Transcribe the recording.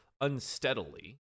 unsteadily